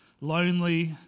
lonely